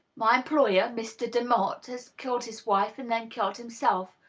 my employer, mr. demotte, has killed his wife, and then killed himself.